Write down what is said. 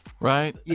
right